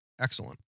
Excellent